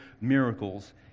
miracles